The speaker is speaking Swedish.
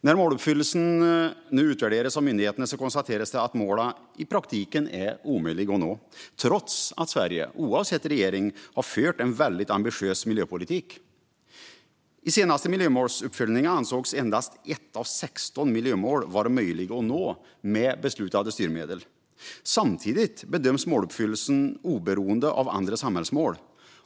När måluppfyllelsen nu utvärderas av myndigheterna konstateras att målen i praktiken är omöjliga att nå, trots att Sverige oavsett regering har fört en väldigt ambitiös miljöpolitik. I den senaste miljömålsuppföljningen ansågs endast 1 av 16 miljömål vara möjliga att nå med beslutade styrmedel. Samtidigt bedöms måluppfyllelsen oberoende av andra samhällsmål.